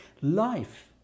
life